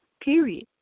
period